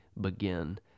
begin